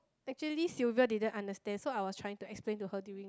actually Sylvia didn't understand so I was trying to explain to her during